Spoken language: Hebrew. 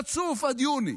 רצוף עד יוני.